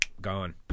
gone